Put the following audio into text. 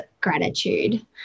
gratitude